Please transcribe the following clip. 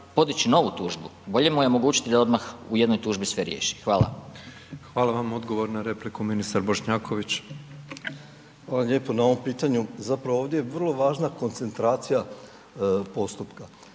podići novu tužbu, bolje mu je omogućiti da odmah u jednoj tužbi sve riješi. Hvala. **Petrov, Božo (MOST)** Hvala. Odgovor na repliku ministar Bošnjaković. **Bošnjaković, Dražen (HDZ)** Hvala lijepo na ovom pitanju, zapravo ovdje je vrlo važna koncentracija postupka,